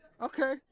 Okay